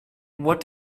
what